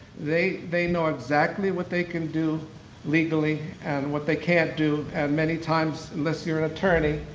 they they know exactly what they can do legally and what they can't do, and many times, unless you're an attorney,